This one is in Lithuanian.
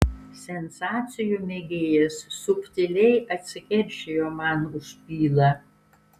sensacijų mėgėjas subtiliai atsikeršijo man už pylą